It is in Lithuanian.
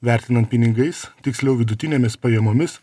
vertinant pinigais tiksliau vidutinėmis pajamomis